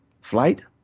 flight